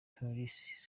harris